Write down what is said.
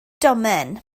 domen